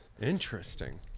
Interesting